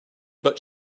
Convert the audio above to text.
but